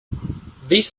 these